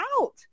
out